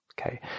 Okay